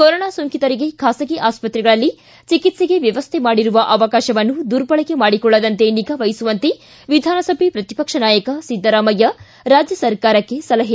corona ಸೋಂಕಿತರಿಗೆ ಬಾಸಗಿ ಆಸ್ಪತ್ರೆಗಳಲ್ಲಿ ಚಿಕಿತ್ಸೆಗೆ ವ್ಯವಸ್ಥೆ ಮಾಡಿರುವ ಅವಕಾಶವನ್ನು ದುರ್ಬಳಕೆ ಮಾಡಿಕೊಳ್ಳದಂತೆ ನಿಗಾ ವಹಿಸುವಂತೆ ವಿಧಾನಸಭೆ ಪ್ರತಿಪಕ್ಷ ನಾಯಕ ಸಿದ್ದರಾಮಯ್ಯ ರಾಜ್ಯ ಸರ್ಕಾರಕ್ಕೆ ಸಲಹೆ